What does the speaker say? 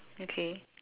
okay